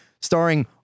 starring